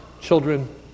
children